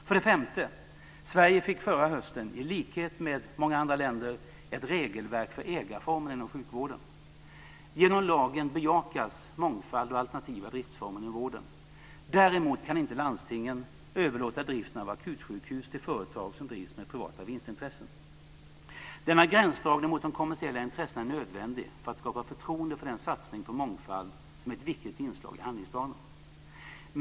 För det femte: Sverige fick förra hösten, i likhet med många andra länder, ett regelverk för ägarformerna inom sjukvården. Genom lagen bejakas mångfald och alternativa driftsformer inom vården. Däremot kan inte landstingen överlåta driften av akutsjukhus till företag som drivs med privata vinstintressen. Denna gränsdragning mot de kommersiella intressena är nödvändig för att skapa förtroende för den satsning på mångfald som är ett viktigt inslag i handlingsplanen.